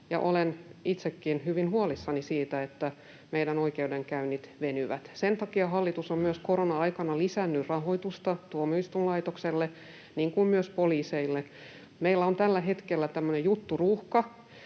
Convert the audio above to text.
olen itsekin hyvin huolissani siitä, että meidän oikeudenkäynnit venyvät. Sen takia hallitus on myös korona-aikana lisännyt rahoitusta tuomioistuinlaitokselle, niin kuin myös poliiseille. Meillä on tällä hetkellä tämmöinen jutturuuhka,